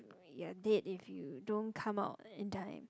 you're dead if you don't come out in time